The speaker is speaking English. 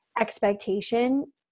expectation